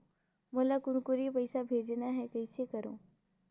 मोला कुनकुरी पइसा भेजना हैं, कइसे करो?